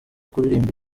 kuririmbira